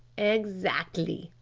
exactly,